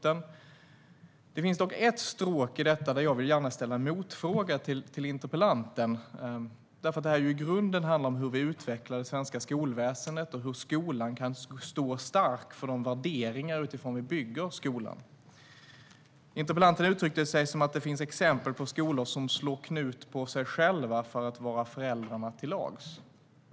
Det finns dock ett stråk i detta där jag gärna vill ställa en motfråga till interpellanten. I grunden handlar det om hur det svenska skolväsendet utvecklas och hur skolan kan stå stark för de värderingar utifrån vilka vi bygger skolan. Interpellanten uttryckte sig som att det finns exempel på skolor som slår knut på sig själva för att vara föräldrarna till lags.